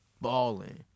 balling